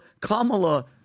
Kamala